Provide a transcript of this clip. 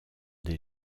des